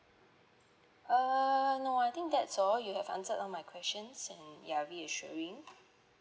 err no I think that's all you have answered all my questions and you are reassuring